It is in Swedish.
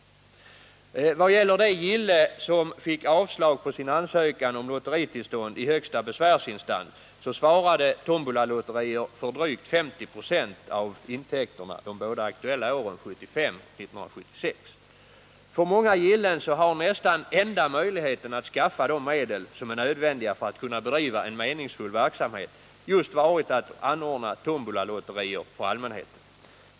I vad gäller det gille som fick avslag på sin ansökan om lotteritillstånd i högsta besvärsinstans svarade tombolalotterier för drygt 5096 av intäkterna de båda aktuella åren 1975 och 1976. För många gillen har nästan den enda möjligheten att skaffa de medel som är nödvändiga för att kunna bedriva en meningsfull verksamhet just varit att anordna tombolalotterier för allmänheten.